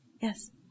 Yes